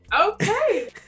Okay